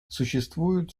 существуют